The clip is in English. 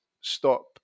stop